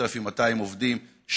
3,200 עובדים,